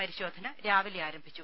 പരിശോധന രാവിലെ ആരംഭിച്ചു